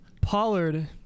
Pollard